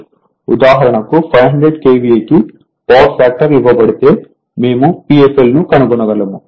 ఉదాహరణకు 500 KVA కి power factor ఇవ్వబడితే మేము Pfl ను కనుగొనగలము